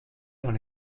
dans